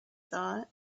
thought